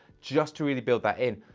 just to really build that in.